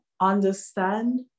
understand